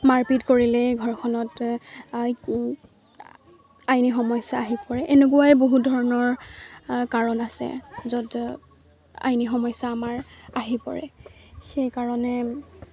মাৰপিট কৰিলেই ঘৰখনত আইনী সমস্যা আহি পৰে এনেকুৱাই বহু ধৰণৰ কাৰণ আছে য'ত আইনী সমস্যা আমাৰ আহি পৰে সেইকাৰণে